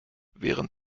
während